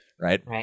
right